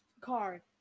card